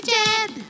dead